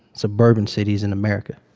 suburban cities in america.